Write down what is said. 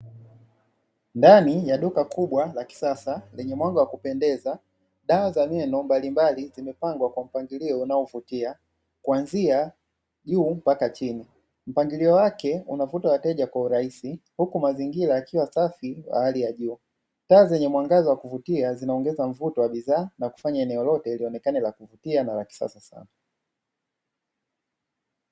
Ndani ya duka kubwa la kisasa lenye mwanga wa kupendeza dawa za mie naomba mbalimbali, zimepangwa kwa mpangilio unaovutia kuanzia juu mpaka chini mpangilio wake unakuta wateja kwa urahisi, huku mazingira yakiwa safi wa hali ya juu kazi yenye mwangaza wa kuvutia zinaongeza mvuto wa bidhaa na kufanya eneo lote ilionekana la kupitia na la kisasa.